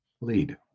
lead